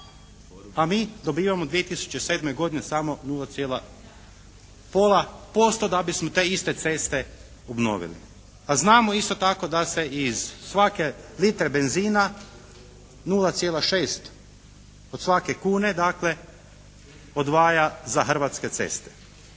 A mi dobivamo 2007. godine samo nula cijela pola posto da bismo te iste ceste obnovili. A znamo isto tako da se iz svake litre benzina 0,6 od svake kune dakle odvaja za Hrvatske ceste.